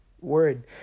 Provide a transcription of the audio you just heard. Word